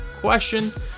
questions